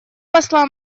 посла